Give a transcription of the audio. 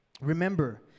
remember